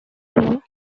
crew